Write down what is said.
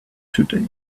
today